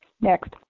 Next